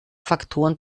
faktoren